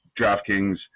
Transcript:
DraftKings